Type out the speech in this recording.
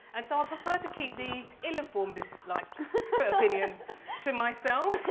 and so i prefer to keep the ill-informed like opinions to myself,